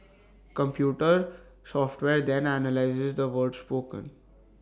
computer software then analyses the words spoken